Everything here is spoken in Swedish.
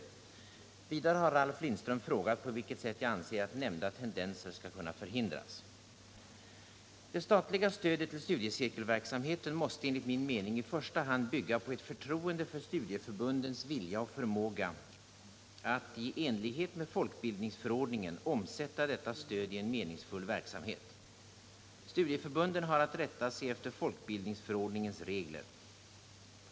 Vidare har Ralf Lindström frågat på vilket sätt jag anser att nämnda tendenser skall kunna förhindras. Det statliga stödet till studiecirkelverksamheten måste enligt min mening i första hand bygga på ett förtroende för studieförbundens vilja och förmåga att i enlighet med folkbildningsförordningen omsätta detta stöd i en meningsfull verksamhet. Studieförbunden har att rätta sig efter folkbildningsförordningens regler.